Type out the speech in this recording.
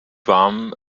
warm